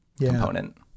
component